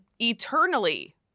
eternally